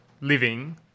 living